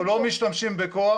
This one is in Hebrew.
אנחנו לא משתמשים בכוח